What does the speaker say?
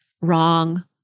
wrong